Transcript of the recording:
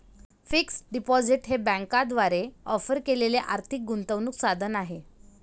fixed deposit हे बँकांद्वारे offer केलेले आर्थिक गुंतवणूक साधन आहे